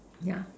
yeah